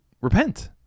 repent